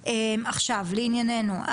עכשיו, לעניינינו.